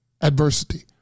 adversity